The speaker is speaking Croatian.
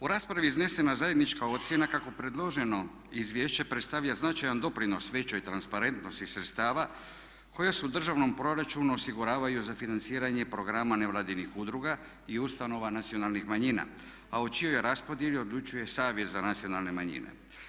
U raspravi je iznesena zajednička ocjena kako predloženo izvješće predstavlja značajan doprinos većoj transparentnosti sredstava koja se u državnom proračunu osiguravaju za financiranje programa nevladinih udruga i ustanova nacionalnih manjina a o čijoj raspodjeli odlučuje Savjet za nacionalne manjine.